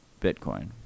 Bitcoin